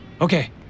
Okay